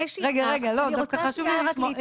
אני רוצה שנייה רק להתייחס.